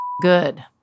good